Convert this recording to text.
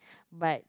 but